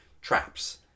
traps